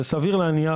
כשסביר להניח